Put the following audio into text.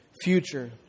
future